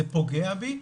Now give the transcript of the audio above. זה פוגע בי,